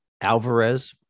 Alvarez